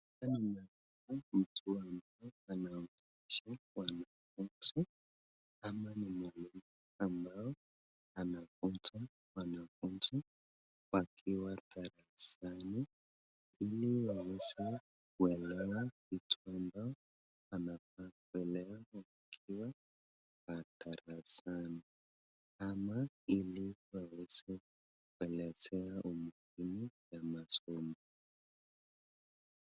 Hapa ninaona mtu ambaye anafunza wanafunzi ama ni mwalimu ambao anafunza wanafunzi wakiwa darasani ili waweze kuelewa mtu ambaye anafaa kuelewa wakiwa kwa darasani ama ili waweze kuelezewa umuhimu ya masomo.